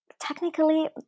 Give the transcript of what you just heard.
technically